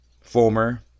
Former